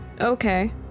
Okay